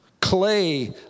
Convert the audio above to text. Clay